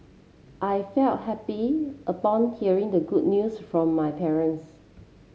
I felt happy upon hearing the good news from my parents